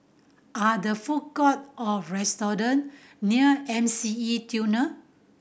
are there food court or restaurant near M C E Tunnel